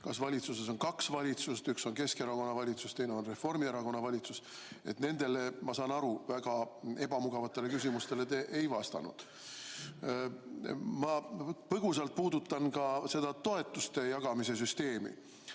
kas valitsuses on kaks valitsust: üks on Keskerakonna valitsus, teine on Reformierakonna valitsus. Nendele, ma saan aru, väga ebamugavatele küsimustele te ei vastanud. Ma puudutan põgusalt ka toetuste jagamise süsteemi.